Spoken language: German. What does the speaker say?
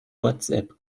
whatsapp